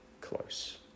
close